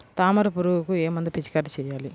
తామర పురుగుకు ఏ మందు పిచికారీ చేయాలి?